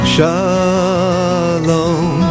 Shalom